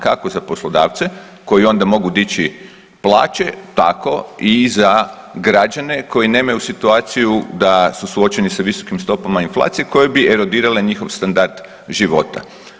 Kako za poslodavce koji onda mogu dići plaće tako i za građane koji nemaju situaciju da su suočeni sa visokim stopama inflacije koje bi erodirale njihov standard života.